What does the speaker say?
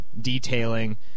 detailing